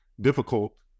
difficult